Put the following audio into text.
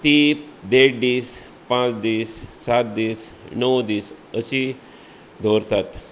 तीं देड दीस पांच दीस सात दीस णव दीस अशीं दवरतात